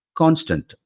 constant